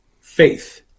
faith